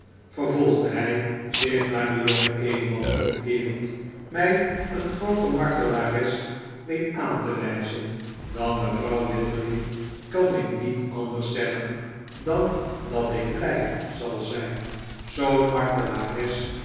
vervolgde hij zich naar den jongen edelman omkeerend mij een grooter martelares weet aan te wijzen dan mevrouw wititterly kan ik niet anders zeggen dan dat ik blij zal zijn zoo'n